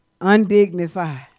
undignified